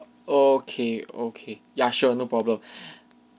okay okay ya sure no problem